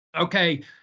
okay